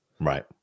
Right